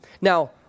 Now